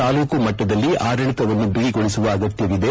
ತಾಲೂಕು ಮಟ್ಟದಲ್ಲಿ ಆಡಳಿತವನ್ನು ಬಗಿಗೊಳಿಸುವ ಅಗತ್ಯವಿದೆ